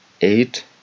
eight